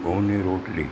ઘઉંની રોટલી